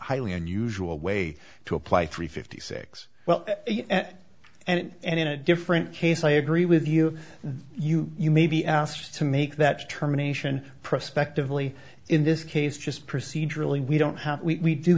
highly unusual way to apply three fifty six well and in a different case i agree with you you you may be asked to make that determination prospectively in this case just procedurally we don't have we